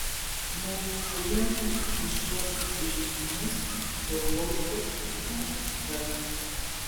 marijampolietis už šiuos nusižengimus jau baustas net keletą kartų